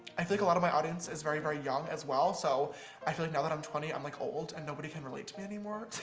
i feel like a lot of my audience is very, very young as well. so i feel like now that i'm twenty, i'm like old, and nobody can relate to me anymore.